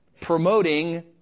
promoting